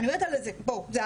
אני מדברת על זה פה בהערכה,